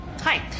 Hi